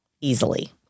easily